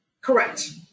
correct